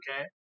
okay